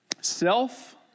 self